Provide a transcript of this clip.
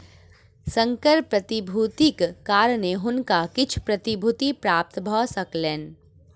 संकर प्रतिभूतिक कारणेँ हुनका किछ प्रतिभूति प्राप्त भ सकलैन